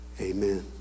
amen